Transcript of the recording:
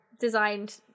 designed